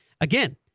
again